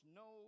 no